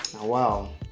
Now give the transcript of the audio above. Wow